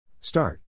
start